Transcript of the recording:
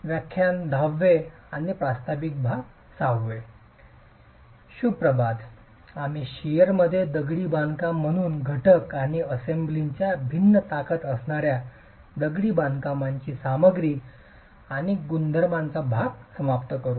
शुभ प्रभात आम्ही शिअर मध्ये दगडी बांधकाम बघून घटक आणि असेंब्लीची भिन्न ताकद तपासणार्या दगडी बांधकामाची सामग्री आणि गुणधर्मांचा भाग समाप्त करू